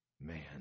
Man